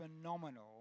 phenomenal